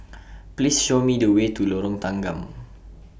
Please Show Me The Way to Lorong Tanggam